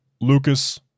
Lucas